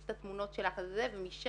אתם תעשו את התהליך שלכם וזה ייקח זמן,